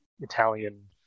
Italian